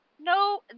no